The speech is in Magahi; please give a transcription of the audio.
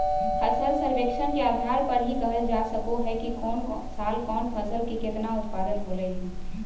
फसल सर्वेक्षण के आधार पर ही कहल जा सको हय कि कौन साल कौन फसल के केतना उत्पादन होलय हें